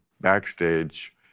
backstage